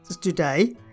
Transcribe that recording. today